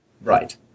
Right